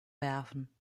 werfen